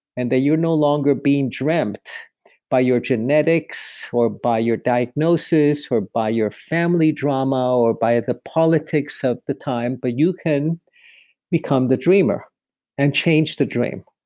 and they you no longer being dreamt by your genetics or by your diagnosis or by your family drama, or by the politics of the time, but you can become the dreamer and change the dream.